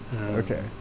Okay